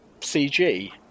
CG